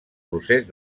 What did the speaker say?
procés